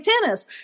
tennis